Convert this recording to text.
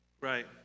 Right